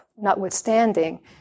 notwithstanding